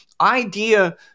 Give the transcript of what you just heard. idea